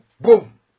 Boom